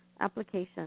Application